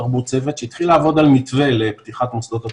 תרבות צוות שהתחיל לעבוד על מתווה לפתיחת מוסדות התרבות,